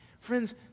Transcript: Friends